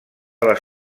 les